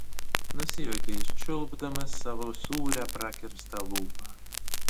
nusijuokė jis čiulpdamas savo sūrią prakirstą lūpą